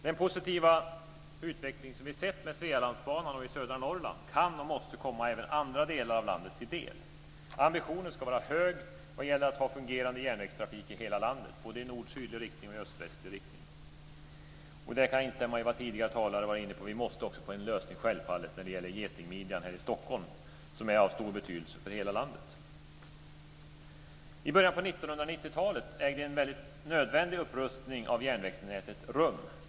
Den positiva utveckling som vi har sett med Svealandsbanan och i södra Norrland kan och måste komma även andra delar av landet till del. Ambitionen ska vara hög vad gäller att ha fungerande järnvägstrafik i hela landet, både i nord-sydlig riktning och i öst-västlig riktning. Och där kan jag instämma i vad tidigare talare har varit inne på, nämligen att vi självfallet också måste få en lösning när det gäller getingmidjan här i Stockholm som är av stor betydelse för hela landet. I början av 1990-talet ägde en väldigt nödvändig upprustning av järnvägsnätet rum.